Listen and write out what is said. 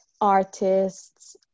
artists